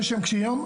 יש שם קשי יום.